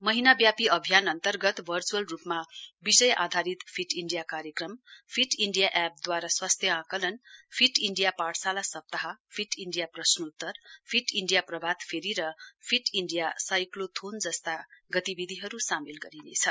महीनाव्यापी अभियान अन्तर्गत भर्च्अल रूपमा विषय आधारित फिट इण्डिया कार्यक्रम फिट इण्डिया एपद्वारा स्वास्थ्य आकलन फिट इण्डिया पाठशाला सप्ताह फिट इण्डिया प्रश्नोतर फिट इण्डिया प्रभातफेरी र फिट इण्डिया साइक्लोथोन जस्ता गतिविधिहरू सामेल गरिनेछ